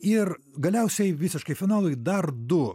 ir galiausiai visiškai finalui dar du